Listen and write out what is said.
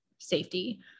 safety